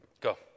Go